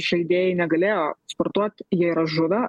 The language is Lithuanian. žaidėjai negalėjo sportuot jie yra žuvę